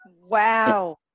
Wow